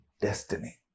destiny